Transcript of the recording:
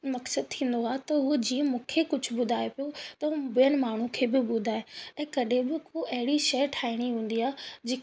मक़्सदु थींदो आहे त उहा जीअं मूंखे कुझु ॿुधाए पियो त उहे ॿियनि माण्हुनि खे बि ॿुधाए ऐं कॾहिं बि को अहिड़ी शइ ठाहिणी हूंदी आहे